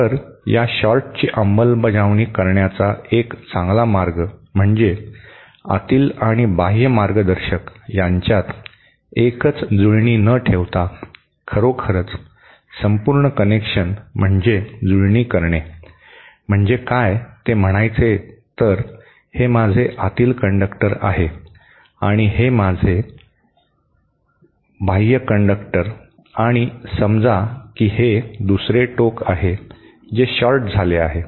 तर या शॉर्टची अंमलबजावणी करण्याचा एक चांगला मार्ग म्हणजे आतील आणि बाह्य मार्गदर्शक यांच्यात एकच जुळणी न ठेवता खरोखरच संपूर्ण कनेक्शन म्हणजे जुळणी करणे म्हणजे काय ते म्हणायचे तर हे माझे आतील कंडक्टर आहे आणि हे माझे आहे बाह्य कंडक्टर आणि समजा की हे दुसरे टोक आहे जे शॉर्ट झाले आहे